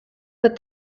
but